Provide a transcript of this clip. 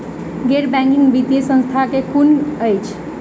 गैर बैंकिंग वित्तीय संस्था केँ कुन अछि?